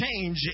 change